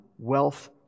wealth